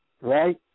right